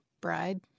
bride